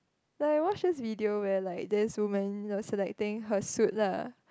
but I watched a video where like that's women also like think her suit lah